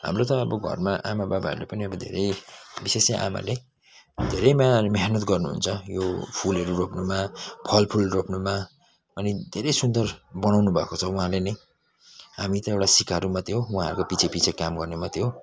हाम्रो त अब घरमा आमा बाबाहरूले पनि अब धेरै विशेष चाहिँ आमाले धेरै मेया मेहनत गर्नुहुन्छ यो फुलहरू रोप्नुमा फलफुल रोप्नुमा अनि धेरै सुन्दर बनाउनु भएको छ उहाँले नै हामी त एउटा सिकारू मात्रै हो उहाँहरूको पिछे पिछे काम गर्ने मात्रै हो